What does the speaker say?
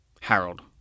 Harold